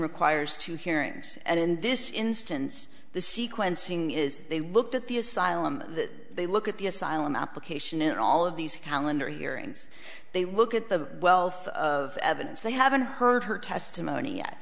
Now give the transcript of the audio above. requires two hearings and in this instance the sequencing is they looked at the asylum that they look at the asylum application in all of these calendar hearings they look at the wealth of evidence they haven't heard her testimony yet